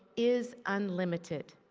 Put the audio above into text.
is unlimited.